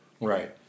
Right